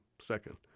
second